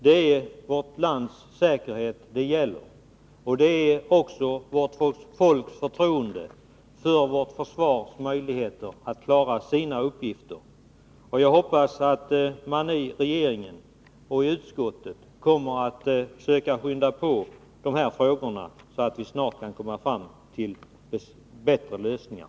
Det är vårt lands säkerhet det gäller, och också vårt folks förtroende för vårt försvars möjligheter att klara sina uppgifter. Jag hoppas att man i regeringen och utskottet kommer att försöka skynda på behandlingen så att man snart kan komma fram till bättre lösningar.